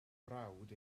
brawd